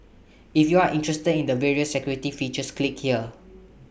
if you're interested in the various security features click here